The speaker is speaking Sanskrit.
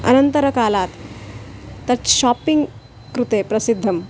अनन्तरकालात् तत् शाप्पिङ्ग् कृते प्रसिद्धम्